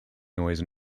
noise